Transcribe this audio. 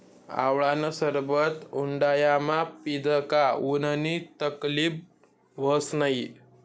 आवळानं सरबत उंडायामा पीदं का उननी तकलीब व्हस नै